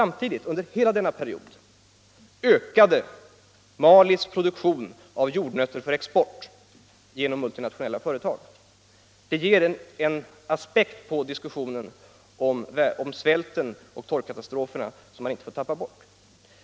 Men under hela denna period ökade samtidigt Malis produktion av jordnötter för export genom multinationella företag. Det ger en aspekt på diskussionen om svälten och torkkatastroferna, som man inte får tappa bort.